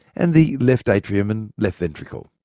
and the left atrium and left ventricle.